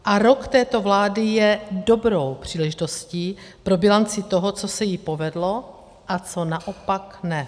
A rok této vlády je dobrou příležitostí pro bilanci toho, co se jí povedlo a co naopak ne.